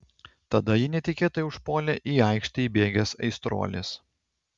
tada jį netikėtai užpuolė į aikštę įbėgęs aistruolis